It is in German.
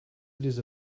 diese